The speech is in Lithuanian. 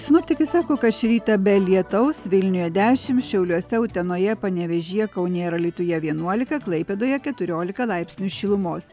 sinoptikai sako kad šį rytą be lietaus vilniuje dešimt šiauliuose utenoje panevėžyje kaune ir alytuje vienuolika klaipėdoje keturiolika laipsnių šilumos